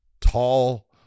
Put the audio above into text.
tall